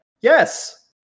yes